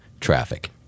Traffic